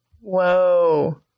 Whoa